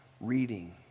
reading